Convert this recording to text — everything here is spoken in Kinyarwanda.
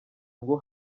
ngo